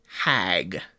hag